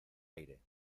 aire